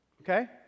okay